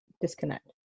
disconnect